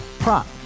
Prop